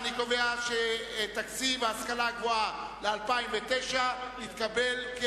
סעיף 21, השכלה גבוהה, לשנת 2009, נתקבל.